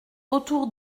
autour